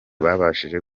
babashije